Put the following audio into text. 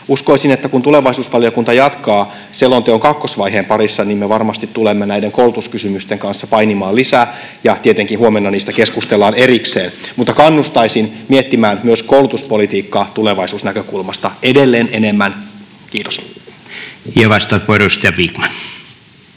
Uskoisin, että kun tulevaisuusvaliokunta jatkaa selonteon kakkosvaiheen parissa, niin me varmasti tulemme näiden koulutuskysymysten kanssa painimaan lisää, ja tietenkin huomenna niistä keskustellaan erikseen. Mutta kannustaisin miettimään myös koulutuspolitiikkaa tulevaisuusnäkökulmasta edelleen enemmän. — Kiitos.